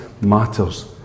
matters